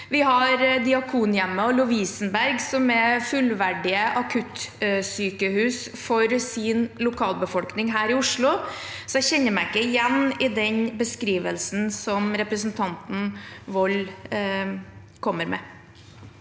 Vi har Diakonhjemmet og Lovisenberg, som er fullverdige akuttsykehus for sin lokalbefolkning her i Oslo, så jeg kjenner meg ikke igjen i den beskrivelsen som representanten Morten Wold kommer med.